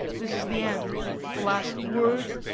this is the end the last word,